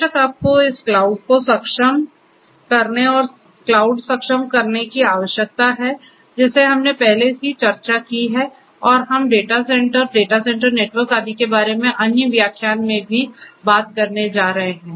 बेशक आपको इस क्लाउड को सक्षम करने और क्लाउड सक्षम करने की आवश्यकता है जिसे हमने पहले ही चर्चा की है और हम data center data center network आदि के बारे में अन्य व्याख्यान में भी बात करने जा रहे हैं